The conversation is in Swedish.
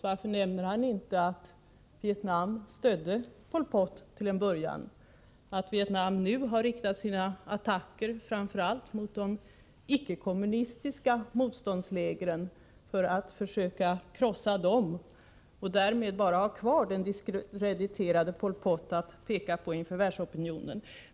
Varför nämner han inte att Vietnam stödde Pol Pot till en början, och att Vietnam nu har riktat sina attacker framför allt mot de icke-kommunistiska motståndslägren för att försöka krossa dem och därmed bara ha kvar den diskrediterade Pol Pot att peka på inför världsopinionen?